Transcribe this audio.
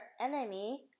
enemy